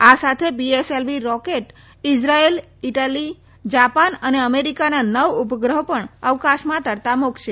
આ સાથે PSLV rocket Israel Italy Japan અને અમેરીકાના નવ ઉપગ્રહો પણ અવકાશમાં તરતા મુકાશે